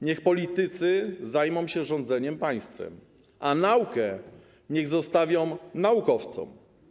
Niech politycy zajmą się rządzeniem państwem, a naukę niech zostawią naukowcom.